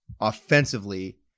offensively